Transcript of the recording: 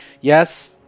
Yes